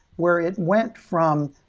where it went from,